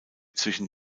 zwischen